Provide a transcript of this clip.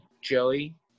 Joey